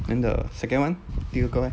then the second one 第二个 leh